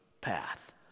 path